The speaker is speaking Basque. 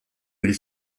hil